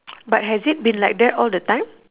but has it been like that all the time